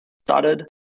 started